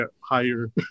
higher